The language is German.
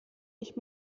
ich